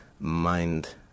mind